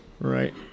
right